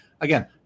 again